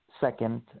second